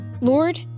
Lord